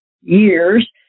years